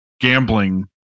gambling